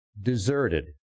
deserted